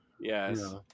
Yes